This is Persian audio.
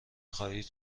خواهید